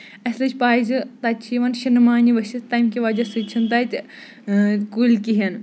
اَسہِ لٔج پَے زِ تَتہِ چھِ یِوان شِنہٕ مانہِ ؤسِتھ تَمہِ کہِ وجہہ سۭتۍ چھُنہٕ تَتہِ کُلۍ کِہینۍ